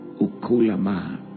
ukulama